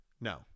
no